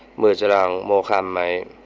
welfare my